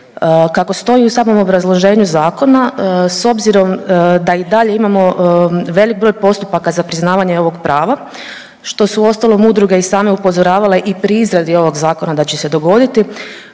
Kako stoji u samom obrazloženju zakona s obzirom da i dalje imamo velik broj postupaka za priznavanje ovog prava što su uostalom udruge i same upozoravale i pri izradi ovog zakona da će se dogoditi,